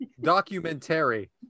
documentary